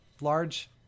large